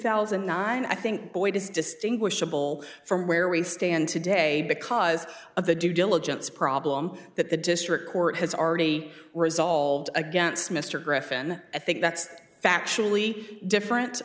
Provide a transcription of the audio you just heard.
thousand and nine i think boyd is distinguishable from where we stand today because of the due diligence problem that the district court has already resolved against mr griffin i think that's factually different